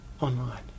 online